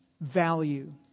value